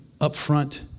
upfront